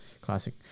Classic